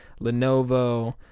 Lenovo